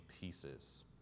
pieces